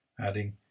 adding